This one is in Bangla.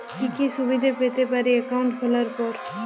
কি কি সুবিধে পেতে পারি একাউন্ট খোলার পর?